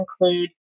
include